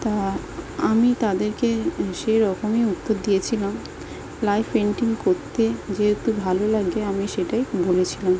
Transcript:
তা আমি তাদেরকে সেই রকমই উত্তর দিয়েছিলাম লাইভ পেন্টিং করতে যেহেতু ভালো লাগে আমি সেটাই বলেছিলাম